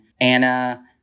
Anna